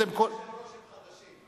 אדוני היושב-ראש, הם חדשים,